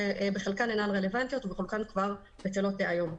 שבחלקן אינן רלוונטיות ובחלקן כבר בטלות היום.